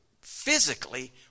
physically